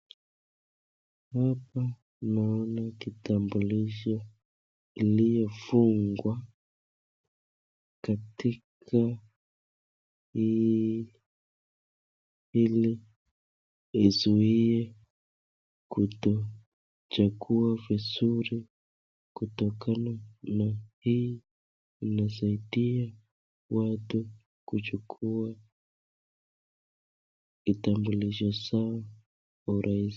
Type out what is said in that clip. Hapa naona kitambulisho iliyofungwa katika hii ili izuie kutochagua vizuri kutokana na hii inasaidia watu kuchukua kitambulisho zao kwa urahisi.